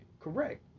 Correct